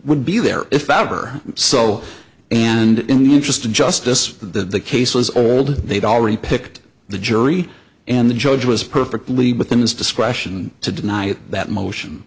would be there if that ever so and in the interest of justice the case was old they'd already picked the jury and the judge was perfectly within his discretion to deny that motion